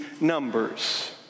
numbers